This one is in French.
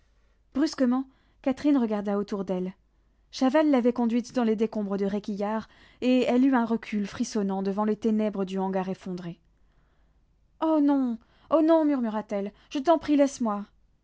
brusquement catherine regarda autour d'elle chaval l'avait conduite dans les décombres de réquillart et elle eut un recul frissonnant devant les ténèbres du hangar effondré oh non oh non murmura-t-elle je t'en prie laisse-moi